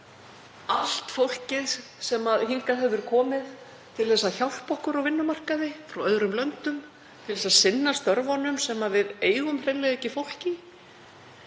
allt fólkið sem hingað hefur komið til að hjálpa okkur á vinnumarkaði frá öðrum löndum til að sinna störfunum sem við eigum hreinlega ekki fólk